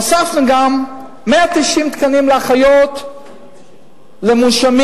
הוספנו גם 190 תקנים לאחיות למונשמים,